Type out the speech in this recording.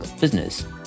business